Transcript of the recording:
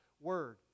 Word